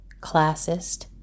classist